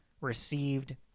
received